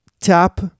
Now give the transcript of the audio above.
tap